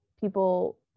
people